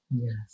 Yes